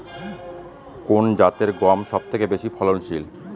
কোন জাতের গম সবথেকে বেশি ফলনশীল?